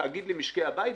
תאגיד למשקי הבית.